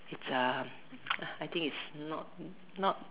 it's um I think it's not not